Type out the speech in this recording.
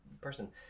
person